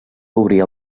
obrir